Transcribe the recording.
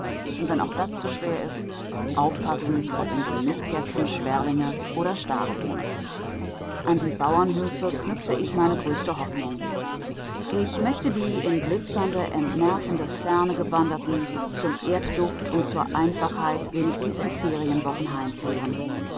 und wenn auch das zu schwer ist aufpassen ob in den nistkästen sperlinge oder stare wohnen an die bauernhöfe knüpfe ich meine größte hoffnung ich möchte die in glitzernde entnervende ferne gewanderten zum erdduft und zur einfachheit wenigstens in ferienwochen